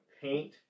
paint